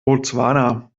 botswana